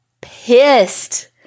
pissed